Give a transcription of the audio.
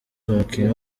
umukinnyi